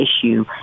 issue